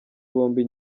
bombi